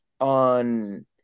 on